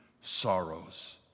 sorrows